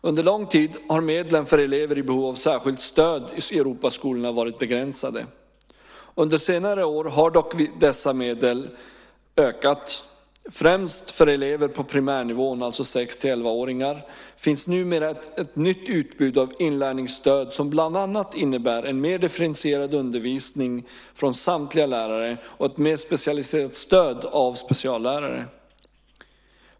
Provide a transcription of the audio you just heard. Under lång tid har medlen för elever i behov av särskilt stöd i Europaskolorna varit begränsade. Under senare år har dock dessa medel ökat. Främst för elever på primärnivån, alltså 6-11-åringar, finns numera ett nytt utbud av inlärningsstöd som bland annat innebär en mer differentierad undervisning från samtliga lärare och ett mer specialiserat stöd av speciallärare.